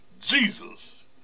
Jesus